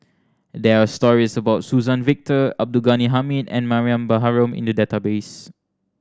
there are stories about Suzann Victor Abdul Ghani Hamid and Mariam Baharom in the database